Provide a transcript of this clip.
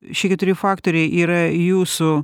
šie keturi faktoriai yra jūsų